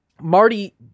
Marty